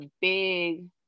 big